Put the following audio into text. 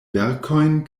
verkojn